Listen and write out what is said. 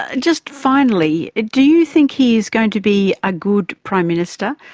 ah just finally, ah do you think he is going to be a good prime minister?